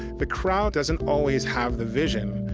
the crowd doesn't always have the vision.